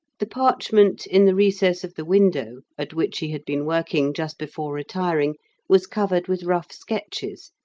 the parchment in the recess of the window at which he had been working just before retiring was covered with rough sketches,